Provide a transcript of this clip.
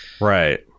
right